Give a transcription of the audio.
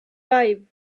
five